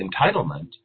entitlement